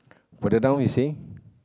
further down you see